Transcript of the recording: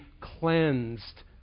cleansed